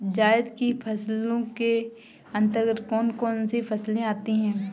जायद की फसलों के अंतर्गत कौन कौन सी फसलें आती हैं?